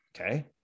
Okay